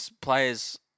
players